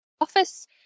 office